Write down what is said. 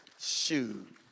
Shoot